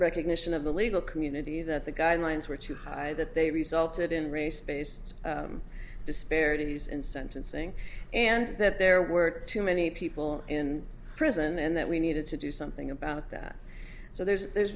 recognition of the legal community that the guidelines were too high that they resulted in race based disparities in sentencing and that there were too many people in prison and that we needed to do something about that so there's